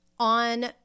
on